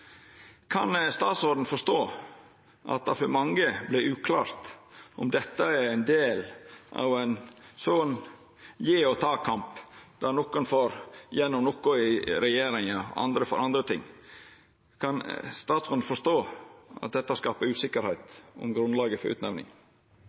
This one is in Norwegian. Kan statsråden forstå at det for mange vert uklart om dette er ein del av ein slik gje- og ta-kamp, der nokre får gjennom noko i regjeringa, og andre får andre ting? Kan statsråden forstå at dette skaper usikkerheit